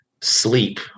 sleep